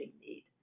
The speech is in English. need